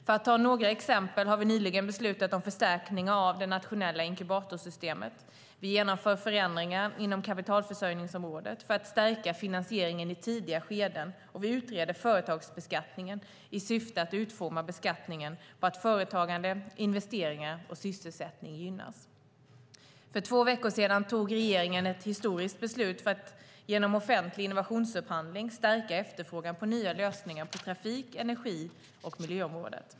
För att ta några exempel: Vi har nyligen beslutat om förstärkningar av det nationella inkubatorsystemet, vi genomför förändringar inom kapitalförsörjningsområdet för att stärka finansieringen i tidiga skeden och vi utreder företagsbeskattningen i syfte att utforma beskattningen så att företagande, investeringar och sysselsättning gynnas. För två veckor sedan tog regeringen ett historiskt beslut för att genom offentlig innovationsupphandling stärka efterfrågan på nya lösningar på trafik-, energi och miljöområdet.